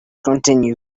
continue